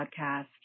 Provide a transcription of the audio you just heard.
podcast